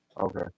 Okay